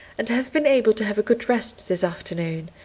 and have been able to have a good rest this afternoon,